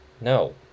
No